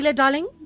darling